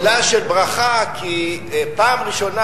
הילה של ברכה, כי פעם ראשונה